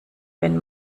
wenn